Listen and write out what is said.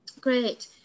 great